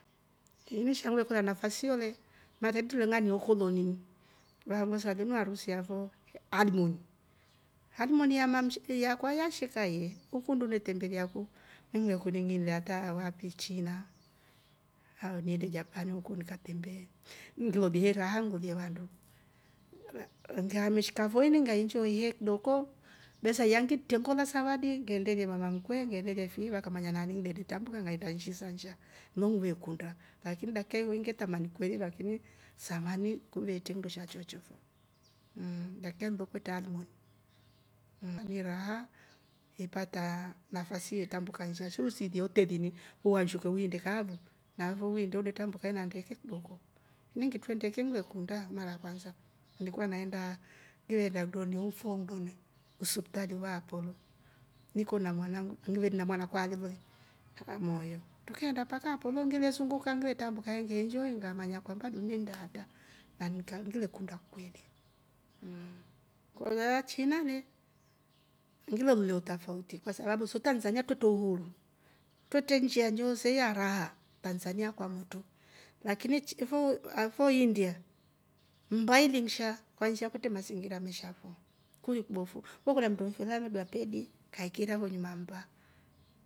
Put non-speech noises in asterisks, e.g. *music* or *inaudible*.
Inisha *noise* ngilekolya nafasi yo le maana trule ng'ania ukolonini va ve kuvesa linu harusi yafoo hani muni, animuni ya mamshe- yakwa yashika yee ukundi inetembelea ku ini ngivekundi ngiinde hataa wapi china au niende japan huko nikatembee ngilolye raha ngilolye vandu, ngammeshika fo nga enjoi he kidooko besa ilya ngiitre ngoola savadi ngeendelie mama mkwe nge endelie fi vakamanya naani ngileli trambuka ngaenda nshi sa nsha nlo veekunda, lakini kaindi nge tamani kweli samani kuvetre nndo sha choochofo mmmmdakika ndo kwetre hanimuni. Niraha ipata nafasi ye trambuka nsha shi usiilie hotelini uanshuke uiinde kaa fo naafe uinde unde trambuka na ndeke kidoko, iningitwre ndeke ngile kunda mara a kwansa nilikua naendaa- ngeenda nndoni usuptali va apolo niko na mwnangu- ngiveeli na mwanakwa alive shida moyo trukeenda mpaka apolo ngile sunguka ngile trambuka ngile enjoy ngamanya kwamba ngimeenda atra ngamekaa ngime kunda kweli mmm!. Kulyaa china le ngilelolya utafauti kwa sabbu so tanzania twrete uhuru twrete njia njoose ya raha tanzania kwamotru lakini fo india mmba ilinsha kwa nsha kwetre mazingira mashafu kuli kubofu, we kolya mndu mfele amedua pedi akakiira fo nyuma ya mmba